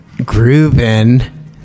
grooving